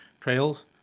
trails